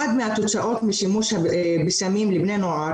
אחת מהתוצאות בשימוש בסמים לבני נוער